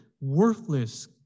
worthless